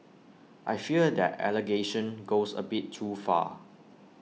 I fear that allegation goes A bit too far